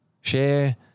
Share